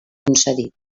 concedit